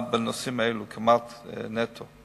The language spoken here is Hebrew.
בנושאים האלה כמעט נטו.